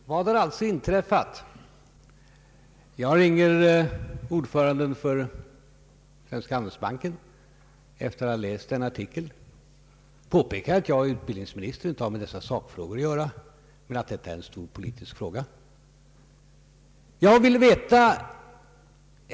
Herr talman! Vad är det som har inträffat? Jag ringer ordföranden i Svenska handelsbanken efter att ha läst en artikel. Jag påpekar att jag är utbildningsminister och inte har med dessa sakfrågor att göra, men att detta är en stor politisk fråga.